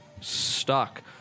stuck